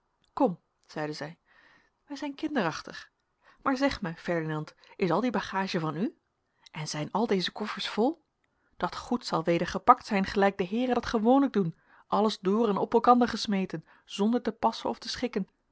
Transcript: kom zeide zij wij zijn kinderachtig maar zeg mij ferdinand is al die bagage van u en zijn al deze koffers vol dat goed zal weder gepakt zijn gelijk de heeren dat gewoonlijk doen alles door en op elkander gesmeten zonder te passen of te schikken